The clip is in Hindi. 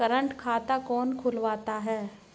करंट खाता कौन खुलवाता है?